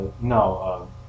No